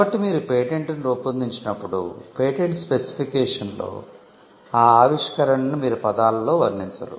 కాబట్టి మీరు పేటెంట్ను రూపొందించినప్పుడు పేటెంట్ స్పెసిఫికేషన్లో ఆ ఆవిష్కరణను మీరు పదాలలో వర్ణించరు